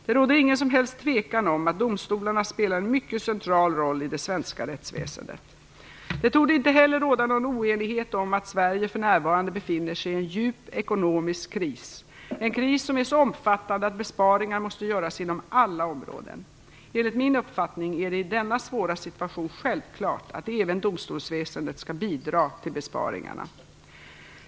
Det råder ingen som helst tvekan om att domstolarna spelar en mycket central roll i det svenska rättsväsendet. Det torde inte heller råda någon oenighet om att Sverige för närvarande befinner sig i en djup ekonomisk kris, som är så omfattande att besparingar måste göras inom alla områden. Enligt min uppfattning är det i denna svåra situation självklart att även domstolsväsendet skall bidra till besparingarna.